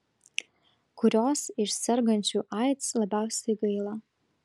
kurios iš sergančių aids labiausiai gaila